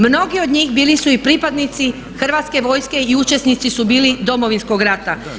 Mnogi od njih bili su i pripadnici Hrvatske vojske i učesnici su bili Domovinskog rata.